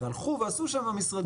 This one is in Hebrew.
והלכו ועשו שם משרדים.